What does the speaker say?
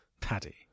Paddy